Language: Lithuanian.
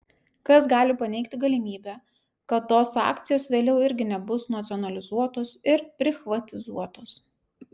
kas gali paneigti galimybę kad tos akcijos vėliau irgi nebus nacionalizuotos ir prichvatizuotos